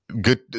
good